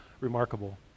remarkable